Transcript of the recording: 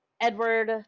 Edward